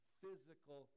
physical